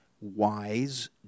wise